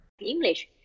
English